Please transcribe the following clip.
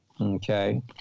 okay